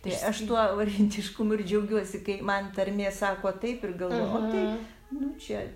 tai aš tuo variantiškumu ir džiaugiuosi kai man tarmė sako taip ir galvo o tai nu čia